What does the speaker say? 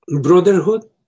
brotherhood